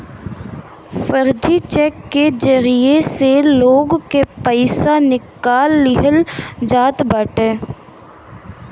फर्जी चेक के जरिया से लोग के पईसा निकाल लिहल जात बाटे